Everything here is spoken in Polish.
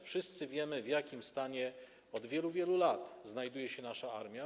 Wszyscy wiemy, w jakim stanie od wielu, wielu lat znajduje się nasza armia.